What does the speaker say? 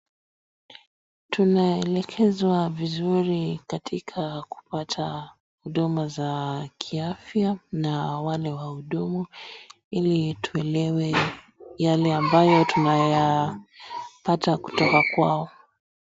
Tunaelekezwa vizuri katika kupata huduma za kiafya na wale wahudumu hili tuelewe yale ambayo tunayapata kutoka kwao.